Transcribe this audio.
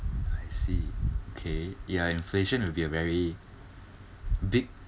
i see K ya inflation will be a very big